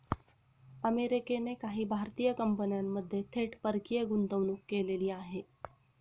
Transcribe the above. अमेरिकेने काही भारतीय कंपन्यांमध्ये थेट परकीय गुंतवणूक केलेली आहे